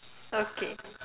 okay